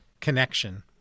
connection